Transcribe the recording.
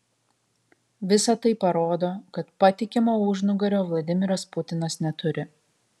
visa tai parodo kad patikimo užnugario vladimiras putinas neturi